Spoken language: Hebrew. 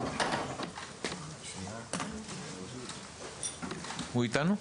הוא איתנו?